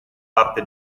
parte